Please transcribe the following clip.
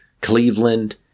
Cleveland